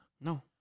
No